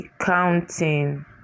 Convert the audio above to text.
counting